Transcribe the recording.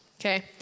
okay